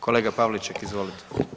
Kolega Pavliček, izvolite.